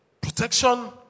protection